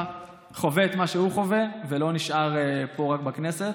חווה את מה שהוא חווה ולא נשאר רק פה בכנסת.